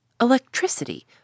Electricity